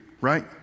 right